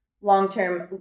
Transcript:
long-term